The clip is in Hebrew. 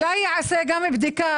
אני אעביר לכם את הנתונים.